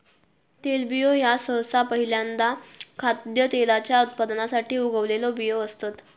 तेलबियो ह्यो सहसा पहील्यांदा खाद्यतेलाच्या उत्पादनासाठी उगवलेला बियो असतत